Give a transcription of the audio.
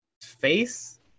face